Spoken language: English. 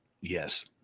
Yes